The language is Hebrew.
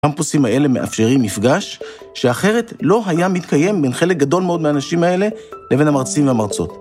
‫הקמפוסים האלה מאפשרים מפגש ‫שאחרת לא היה מתקיים ‫בין חלק גדול מאוד מהאנשים האלה ‫לבין המרצים והמרצות.